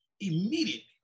immediately